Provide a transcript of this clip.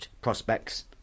prospects